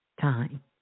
time